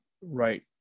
right